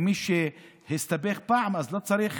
מי שהסתבך פעם, לא צריך